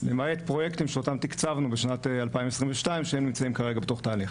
למעט פרויקטים שאותם תקצבנו בשנת 2022 שהם נמצאים כרגע בתוך תהליך.